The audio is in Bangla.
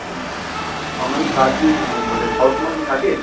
হুম আপনার কি কাজ কি মানে সবসময় কি থাকে